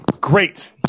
great